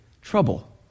trouble